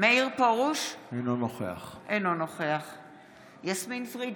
אינו נוכח יסמין פרידמן,